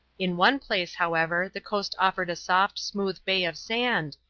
in one place, however, the coast offered a soft, smooth bay of sand,